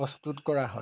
প্ৰস্তুত কৰা হয়